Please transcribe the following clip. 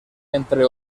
entre